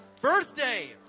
birthday